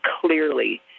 clearly